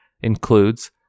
includes